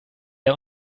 der